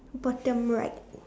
bottom right